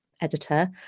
editor